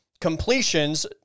Completions